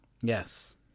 Yes